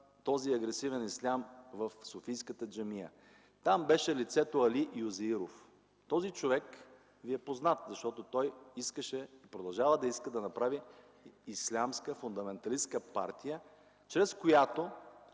този агресивен ислям в софийската джамия. Там беше лицето Али Юзеиров. Този човек ни е познат, защото той искаше и продължава да иска да направи ислямска фундаменталистка партия, чрез която